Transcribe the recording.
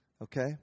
Okay